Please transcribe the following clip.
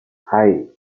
hei